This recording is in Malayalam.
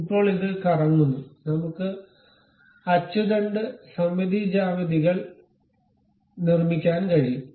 ഇപ്പോൾ ഇത് കറങ്ങുന്നു നമുക്ക് അച്ചുതണ്ട് സമമിതി ജ്യാമിതികൾ നിർമ്മിക്കാൻ കഴിയും